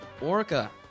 Orca